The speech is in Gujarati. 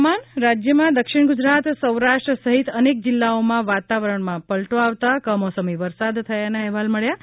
હવા માન રાજ્યમાં દક્ષિણ ગુજરાત સૌરાષ્ટ્ર સહિત અનેક જીલ્લાઓમાં વાતાવરણ પલટો આવતાં કમોસમી વરસાદ થયાના અહેવાલ છે